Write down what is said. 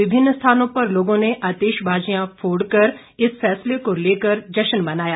विभिन्न स्थानों पर लोगों ने आतिशबाज़ी कर इस फैसले को लेकर जश्न मनाया